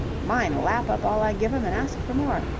mine lap up all i give em and ask for more.